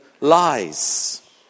lies